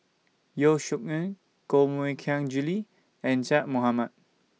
Yeo Shih Yun Koh Mui Hiang Julie and Zaqy Mohamad